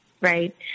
Right